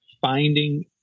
finding